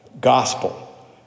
gospel